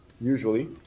usually